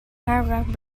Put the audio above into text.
paragraphs